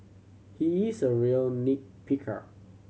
he is a real nit picker